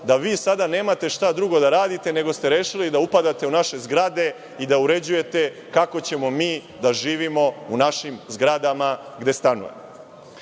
da vi sada nemate šta drugo da radite, nego ste rešili da upadate u naše zgrade i da uređujete kako ćemo mi da živimo u našim zgradama gde stanujemo.